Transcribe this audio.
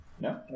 No